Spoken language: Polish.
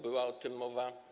Była o tym mowa.